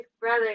brother